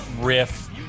riff